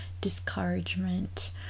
discouragement